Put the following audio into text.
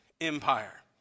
empire